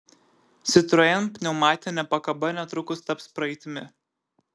citroen pneumatinė pakaba netrukus taps praeitimi